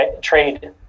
trade